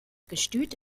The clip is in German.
gestüt